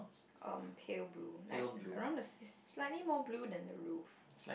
um pale blue like around the sam~ slightly more blue than the roof